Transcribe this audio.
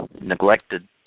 neglected